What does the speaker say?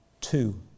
two